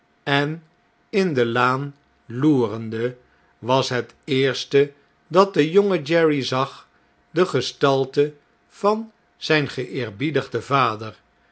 en in de laan loerende was het eerste dat de jonge jerry zag de gestalte van zn'n geeerbiedigden vader